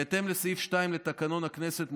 בהתאם לסעיף 2 לתקנון הכנסת,